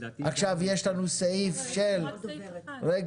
עכשיו יש לנו סעיף רגע,